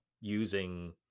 using